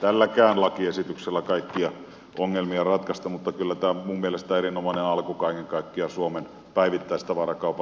tälläkään lakiesityksellä kaikkia ongelmia ratkaista mutta kyllä tämä minun mielestäni erinomainen alku kaiken kaikkiaan suomen päivittäistavarakaupan tervehdyttämiseen on